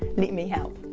let me help.